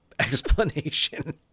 Explanation